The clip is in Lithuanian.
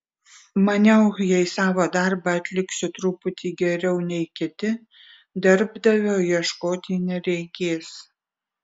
maniau jei savo darbą atliksiu truputį geriau nei kiti darbdavio ieškoti nereikės